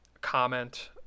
comment